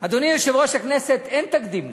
אדוני יושב-ראש הכנסת, אין תקדים לזה.